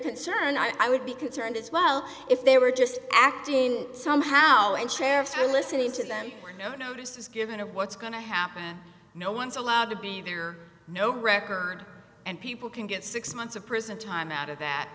concern i would be concerned as well if they were just acting somehow and sheriffs are listening to them no notice was given of what's going to happen no one's allowed to be there no record and people can get six months of prison time out of that